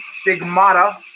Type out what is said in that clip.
stigmata